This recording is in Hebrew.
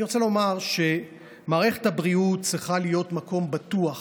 אני רוצה לומר שמערכת הבריאות צריכה להיות מקום בטוח